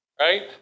Right